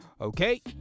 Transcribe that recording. okay